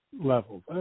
levels